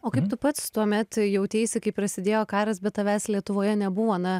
o kaip tu pats tuomet jauteisi kai prasidėjo karas bet tavęs lietuvoje nebuvo na